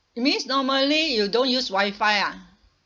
means normally you don't use wifi ah